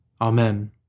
Amen